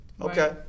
Okay